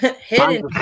hidden